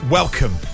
welcome